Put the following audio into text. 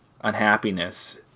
unhappiness